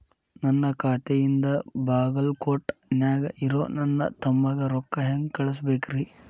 ನನ್ನ ಖಾತೆಯಿಂದ ಬಾಗಲ್ಕೋಟ್ ನ್ಯಾಗ್ ಇರೋ ನನ್ನ ತಮ್ಮಗ ರೊಕ್ಕ ಹೆಂಗ್ ಕಳಸಬೇಕ್ರಿ?